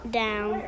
down